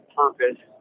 purpose